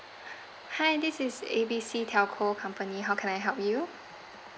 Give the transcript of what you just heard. hi this is A B C telco company how can I help you